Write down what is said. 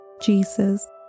Jesus